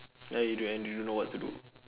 ya you do I don't know what to do